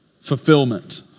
Fulfillment